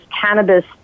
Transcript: cannabis